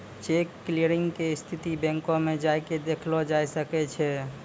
cheque clearing के स्थिति बैंको मे जाय के देखलो जाय सकै छै